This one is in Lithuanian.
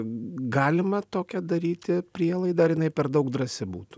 galima tokią daryti prielaidą ar jinai per daug drąsi būtų